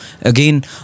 again